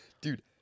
Dude